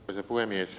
arvoisa puhemies